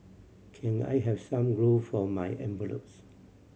can I have some glue for my envelopes